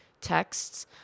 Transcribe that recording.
texts